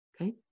okay